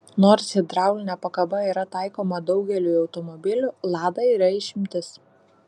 nors hidraulinė pakaba yra taikoma daugeliui automobilių lada yra išimtis